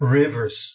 rivers